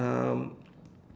um